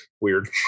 weird